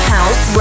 House